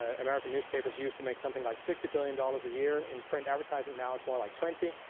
ah american newspapers used to make something like sixty billion dollars a year in print advertising. now it's more like twenty.